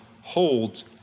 holds